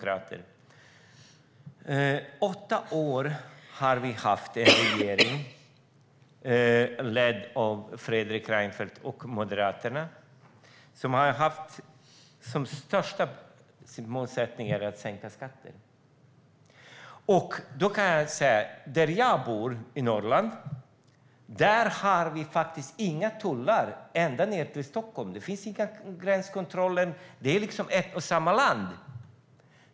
Under åtta år har vi haft en regering, ledd av Fredrik Reinfeldt och Moderaterna, som hade som sin viktigaste målsättning att sänka skatter. För oss som bor i Norrland, som jag, finns det inga tullar eller gränskontroller på vägen ned till Stockholm, utan det är ett och samma land.